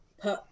put